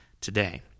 today